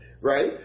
right